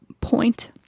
point